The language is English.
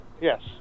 Yes